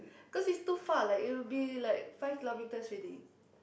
cause is too far like it will be like five kilometers already